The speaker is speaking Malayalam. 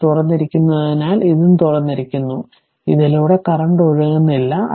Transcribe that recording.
ഇത് തുറന്നിരിക്കുന്നതിനാൽ ഇതും തുറന്നിരിക്കുന്നു അതിനാൽ ഇതിലൂടെ കറന്റ് ഒഴുകുന്നില്ല